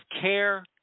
care